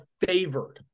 favored